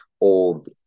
Old